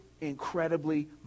incredibly